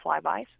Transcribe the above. flybys